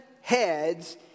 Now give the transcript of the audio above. heads